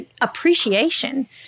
appreciation